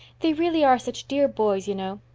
they really are such dear boys, you know.